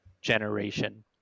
generation